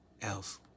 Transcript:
else